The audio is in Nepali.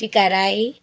टिका राई